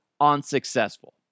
unsuccessful